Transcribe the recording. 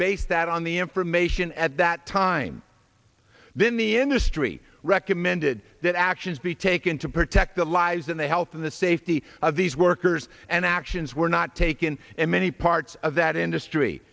based that on the information at that time then the industry recommended that actions be taken to protect the lives and the health and the safety of these workers and actions were not taken in many parts of that industry